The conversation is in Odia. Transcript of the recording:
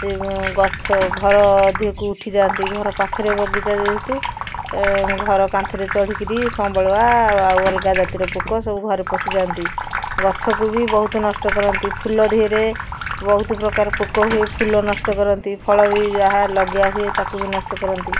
ସେ ଗଛ ଘର ଧିଅକୁ ଉଠିଯାଆନ୍ତି ଘର ପାଖରେ ବଗିଚା ଯେହେତୁ ଘର କାନ୍ଥରେ ଚଢ଼ିକିରି ସମ୍ବାଳୁଆ ଆଉ ଅଲଗା ଜାତିର ପୋକ ସବୁ ଘରେ ପଶିଯାନ୍ତି ଗଛକୁ ବି ବହୁତ ନଷ୍ଟ କରନ୍ତି ଫୁଲ ଦେହରେ ବହୁତ ପ୍ରକାର ପୋକ ହୋଇ ଫୁଲ ନଷ୍ଟ କରନ୍ତି ଫଳ ବି ଯାହା ଲଗା ହୁଏ ତାକୁ ବି ନଷ୍ଟ କରନ୍ତି